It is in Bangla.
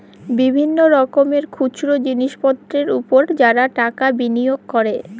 বিভিন্ন রকমের খুচরো জিনিসপত্রের উপর যারা টাকা বিনিয়োগ করে